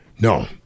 No